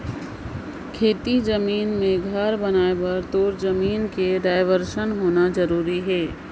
खेती जमीन मे घर बनाए बर तोर जमीन कर डाइवरसन होना जरूरी अहे